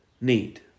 need